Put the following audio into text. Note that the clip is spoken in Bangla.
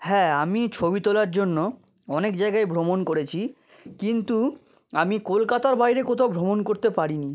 হ্যাঁ আমি ছবি তোলার জন্য অনেক জায়গায় ভ্রমণ করেছি কিন্তু আমি কলকাতার বাইরে কোথাও ভ্রমণ করতে পারিনি